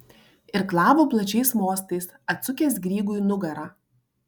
irklavo plačiais mostais atsukęs grygui nugarą